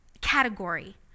category